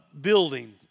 building